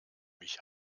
mich